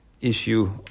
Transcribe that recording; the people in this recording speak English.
issue